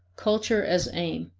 culture as aim.